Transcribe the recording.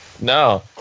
No